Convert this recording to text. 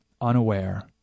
unaware